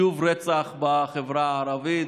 שוב רצח בחברה הערבית,